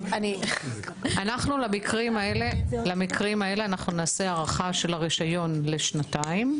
אנחנו למקרים הללו נעשה הארכת הרשיון לשנתיים,